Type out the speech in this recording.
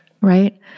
Right